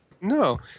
no